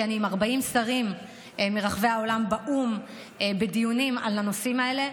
כי אני עם 40 שרים מרחבי העולם באו"ם בדיונים על הנושאים האלה,